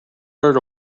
dirt